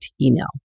email